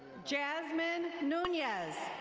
jasmine nunez.